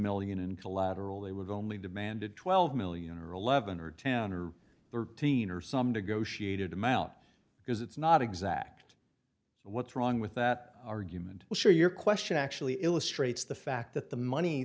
million in collateral they would only demanded twelve million or eleven or ten or thirteen or some to go she hated him out because it's not exact what's wrong with that argument well sure your question actually illustrates the fact that the money